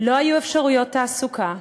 לא היו אפשרויות תעסוקה,